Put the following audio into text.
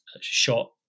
shot